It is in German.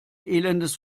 elendes